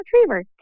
retriever